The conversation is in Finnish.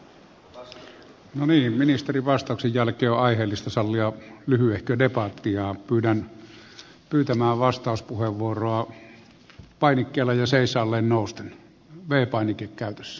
no niin ministerin vastauksen jälkeen on aiheellista sallia lyhyehkö debatti ja pyydän pyytämään vastauspuheenvuoroa painikkeella ja seisaalleen nousten v painike käytössä